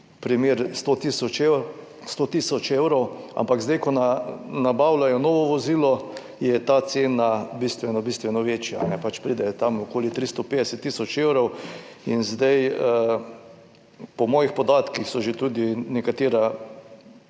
primer, 100 tisoč evrov, ampak zdaj ko nabavljajo novo vozilo, je ta cena bistveno bistveno večja, pride okoli 350 tisoč evrov. Po mojih podatkih so že tudi nekatera